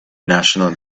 national